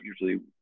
usually